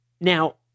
Now